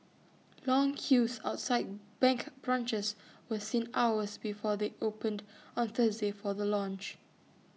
long queues outside bank branches were seen hours before they opened on Thursday for the launch